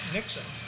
Nixon